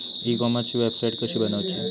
E कॉमर्सची website कशी बनवची?